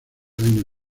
año